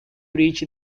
reach